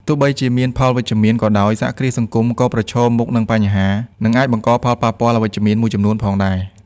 ទោះបីជាមានផលវិជ្ជមានក៏ដោយ សហគ្រាសសង្គមក៏ប្រឈមមុខនឹងបញ្ហា និងអាចបង្កផលប៉ះពាល់អវិជ្ជមានមួយចំនួនផងដែរ។